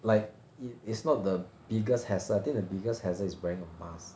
like it it's not the biggest hassle I think the biggest hassle is wearing a mask